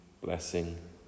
blessing